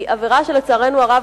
היא הצעה שלצערנו הרב